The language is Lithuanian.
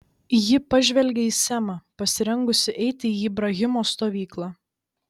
ji pažvelgė į semą pasirengusį eiti į ibrahimo stovyklą